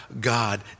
God